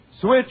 Switch